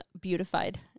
beautified